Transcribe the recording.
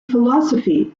philosophy